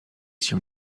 się